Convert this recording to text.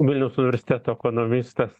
vilniaus universiteto ekonomistas